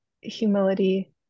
humility